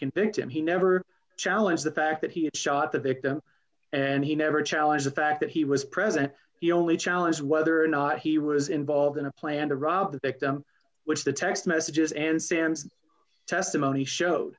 convict him he never challenge the fact that he shot the victim and he never challenged the fact that he was present the only challenge whether or not he was involved in a plan to rob the victim which the text messages and sam's testimony show